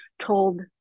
told